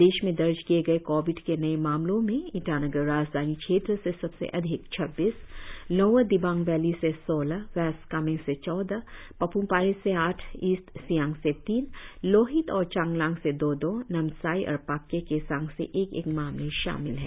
प्रदेश में दर्ज किए गए कोविड के नए मामलो में ईटानगर राजधानी क्षेत्र से सबसे अधिक छब्बीस लोअर दिबांग वैली से सोलह वेस्ट कामेंग से चौदह पाप्म पारे से आठ ईस्ट सियांग से तीन लोहित और चांगलांग से दो दो नामसाई और पाक्के केसांग से एक एक मामले शामिल है